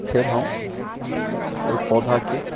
फेर हम ओइ पौधाके